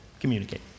Communicate